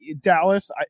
Dallas